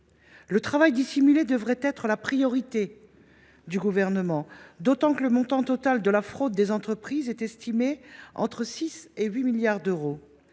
le travail dissimulé devrait être la priorité du Gouvernement, d’autant que le montant total des fraudes des entreprises est estimé entre 6 et 8 milliards d’euros.